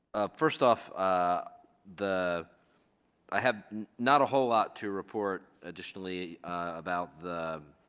first off the i have not a whole lot to report additionally about the